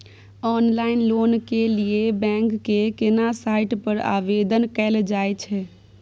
Online loan के लिए bank के केना साइट पर आवेदन कैल जाए छै?